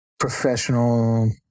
professional